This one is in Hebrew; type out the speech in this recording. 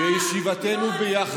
זאת פוליטיקה קטנה מהכיסא שלך.